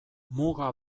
muga